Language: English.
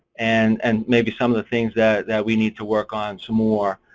and and maybe some of the things that that we need to work on some more.